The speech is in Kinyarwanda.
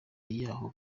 yabo